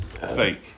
fake